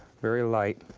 very light,